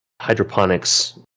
hydroponics